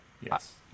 Yes